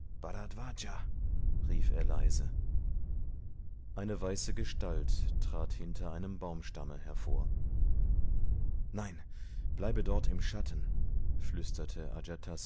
rief er leise eine weiße gestalt trat hinter einem baumstamme hervor nein bleibe dort im schatten flüsterte